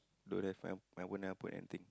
don't have my my own helper and tick